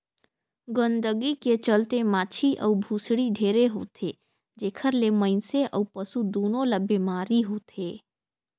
गंदगी के चलते माछी अउ भुसड़ी ढेरे होथे, जेखर ले मइनसे अउ पसु दूनों ल बेमारी होथे